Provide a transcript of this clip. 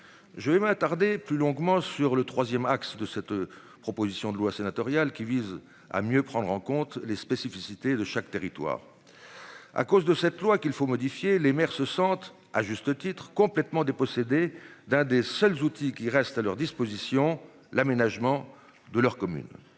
Je vais m'attarder plus longuement sur le 3ème axe de cette proposition de loi sénatoriale qui vise à mieux prendre en compte les spécificités de chaque territoire. À cause de cette loi qu'il faut modifier les maires se sentent à juste titre complètement dépossédé d'un des seuls outils qui reste à leur disposition l'aménagement de leur commune.